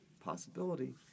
possibility